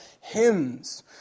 hymns